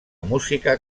música